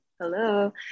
Hello